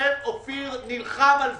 לפניכם אופיר נלחם על זה.